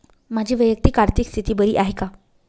माझी वैयक्तिक आर्थिक स्थिती बरी आहे का?